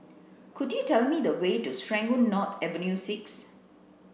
could you tell me the way to Serangoon North Avenue six